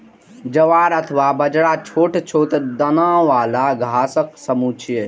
ज्वार अथवा बाजरा छोट छोट दाना बला घासक समूह छियै